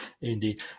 indeed